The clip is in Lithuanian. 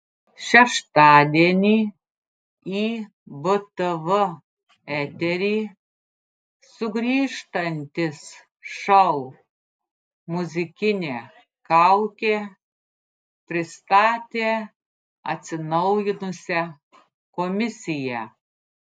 šeštadienį į btv eterį sugrįžtantis šou muzikinė kaukė pristatė atsinaujinusią komisiją